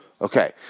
Okay